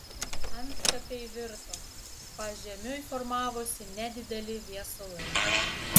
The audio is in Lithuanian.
antkapiai virto pažemiui formavosi nedideli viesulai